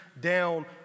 down